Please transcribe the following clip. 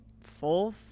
full